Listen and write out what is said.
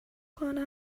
کنم